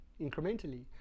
incrementally